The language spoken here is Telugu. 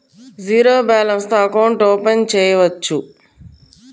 జీరో బాలన్స్ తో అకౌంట్ ఓపెన్ చేయవచ్చు?